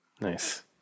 Nice